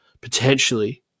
potentially